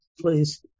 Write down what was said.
please